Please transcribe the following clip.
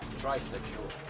trisexual